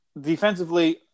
defensively